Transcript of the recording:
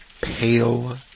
pale